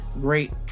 great